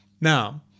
Now